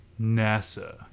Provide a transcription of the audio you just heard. NASA